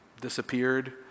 disappeared